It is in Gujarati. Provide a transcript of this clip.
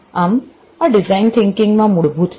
આમ આ ડિઝાઇન થીંકીંગ માં મૂળભૂત છે